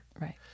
Right